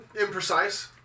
Imprecise